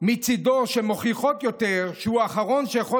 מצידו שמוכיחות יותר שהוא האחרון שיכול